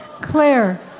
Claire